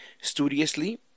studiously